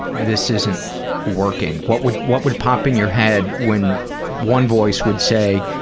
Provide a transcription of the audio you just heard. this isn't working? what would what would pop in your head when one voice would say,